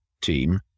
team